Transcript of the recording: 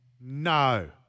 No